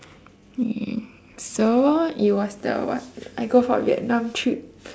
okay so it was the what I go for vietnam trip